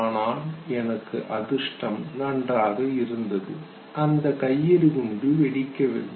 ஆனால் எனக்கு அதிர்ஷ்டம் நன்றாக இருந்தது அந்த கையெறி குண்டு வெடிக்கவில்லை